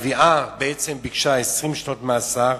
התביעה ביקשה 20 שנות מאסר,